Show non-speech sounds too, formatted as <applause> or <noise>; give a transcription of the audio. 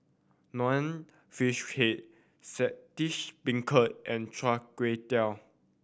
Nonya Fish Head Saltish Beancurd and chai kuay <unintelligible>